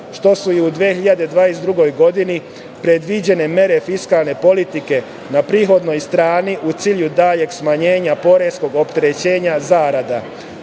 što su i u 2022. godini predviđene mere fiskalne politike na prihodnoj strani u cilju daljeg smanjenja poreskog opterećenja zarada.